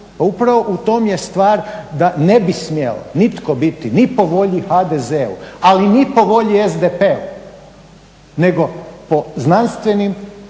upravo u tome je stvar da ne bi smjeo nitko biti ni po volji HDZ-u, ali ni po volji SDP-u nego po znanstvenim